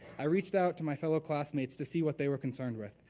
i reached out to my fellow classmates to see what they were concerned with.